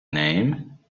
name